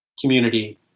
community